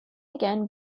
again